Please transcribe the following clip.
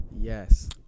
Yes